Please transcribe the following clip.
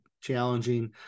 challenging